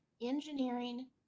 engineering